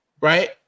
right